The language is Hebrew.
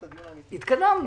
התקדמנו.